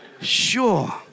Sure